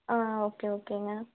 ஆ okay ஓகேங்க